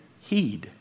heed